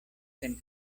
sen